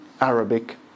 Arabic